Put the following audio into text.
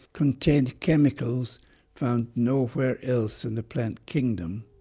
contained chemicals found nowhere else in the plant kingdom.